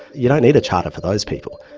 you don't need a charter for those people,